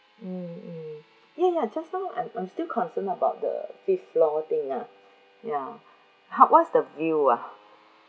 mm mm ya ya just now I'm I'm still concern about the fifth floor thing ah you know how what's the view ah